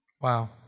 Wow